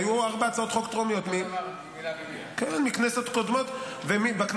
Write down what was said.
היו ארבע הצעות חוק טרומיות מכנסות קודמות --- לא,